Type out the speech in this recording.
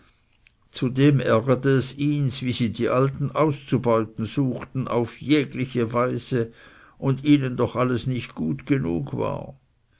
zudem ärgerte es ihns wie sie die alten auszubeuten suchten auf jegliche weise und ihnen doch alles nicht gut genug war